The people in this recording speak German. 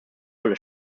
rolle